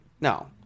No